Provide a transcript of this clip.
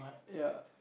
ya